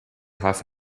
half